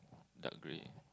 dark grey